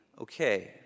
okay